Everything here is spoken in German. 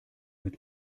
mit